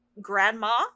grandma